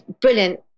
brilliant